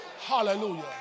Hallelujah